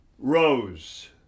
Rose